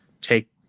take